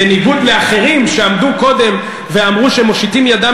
בניגוד לאחרים שעמדו קודם ואמרו שהם מושיטים ידם